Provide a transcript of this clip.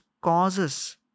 causes